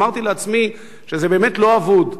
אמרתי לעצמי שזה באמת לא אבוד,